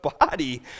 body